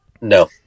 No